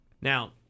Now